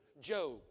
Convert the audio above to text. Job